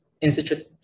institute